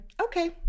Okay